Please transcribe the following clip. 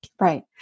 Right